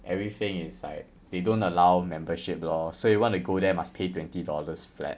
everything is like they don't allow membership lor so you want to go there must pay twenty dollars flat